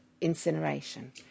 incineration